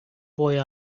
boy